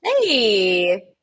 hey